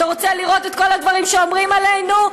אתה רוצה לראות את כל הדברים שאומרים עלינו?